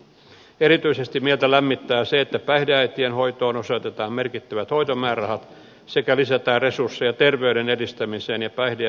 erityisesti mieltä lämmittää se että päihdeäitien hoitoon osoitetaan merkittävät hoitomäärärahat sekä lisätään resursseja terveyden edistämiseen ja päihde ja mielenterveysongelmien ehkäisemiseen